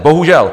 Bohužel.